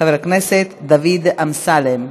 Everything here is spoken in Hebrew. חבר הכנסת דוד אמסלם.